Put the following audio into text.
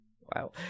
Wow